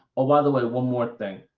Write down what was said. ah by the way, one more thing,